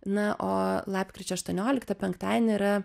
na o lapkričio aštuonioliktą penktadienį yra